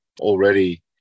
Already